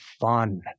fun